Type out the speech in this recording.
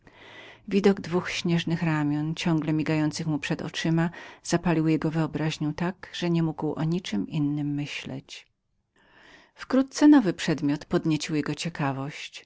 widok dwóch śnieżnych ramion ciągle migających mu przed oczyma zapalił jego wyobraźnię tak że nie mógł o czem innem myśleć wkrótce nowy przedmiot podniecił jego ciekawość